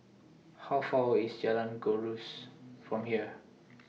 How Far away IS Jalan Gajus from here